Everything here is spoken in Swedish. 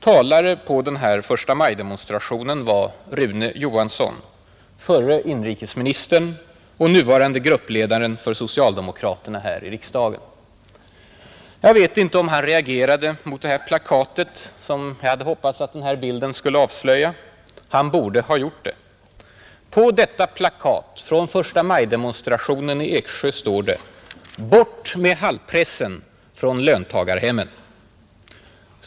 Talare då var Rune Johansson, förre inrikesministern och nuvarande gruppledaren för socialdemokraterna här i riksdagen, Jag vet inte om han reagerade mot det plakat som denna bild avslöjar; han borde ha gjort det. Där står ”Bort med Hall-pressen från löntagarhemmen”.